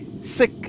Sick